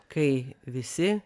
kai visi